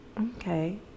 Okay